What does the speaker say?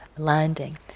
landing